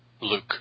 Luke